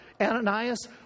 Ananias